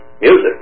music